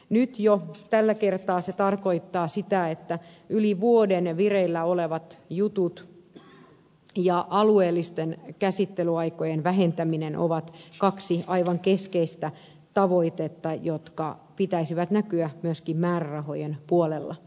nyt jo tällä kertaa se tarkoittaa sitä että yli vuoden vireillä olevat jutut ja alueellisten käsittelyaikojen vähentäminen ovat kaksi aivan keskeistä tavoitetta joiden pitäisi näkyä myöskin määrärahojen puolella